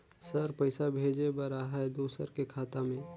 Sir पइसा भेजे बर आहाय दुसर के खाता मे?